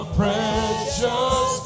precious